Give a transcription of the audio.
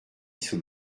sous